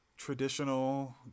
traditional